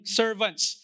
servants